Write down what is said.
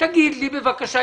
תגיד לי בבקשה,